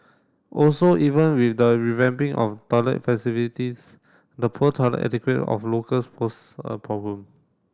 also even with the revamping of toilet facilities the poor toilet etiquette of locals pose a problem